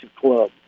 club